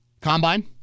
Combine